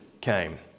came